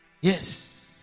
Yes